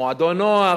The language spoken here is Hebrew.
מועדון נוער,